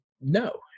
no